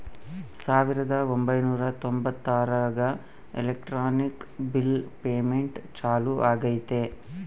ಸಾವಿರದ ಒಂಬೈನೂರ ತೊಂಬತ್ತರಾಗ ಎಲೆಕ್ಟ್ರಾನಿಕ್ ಬಿಲ್ ಪೇಮೆಂಟ್ ಚಾಲೂ ಆಗೈತೆ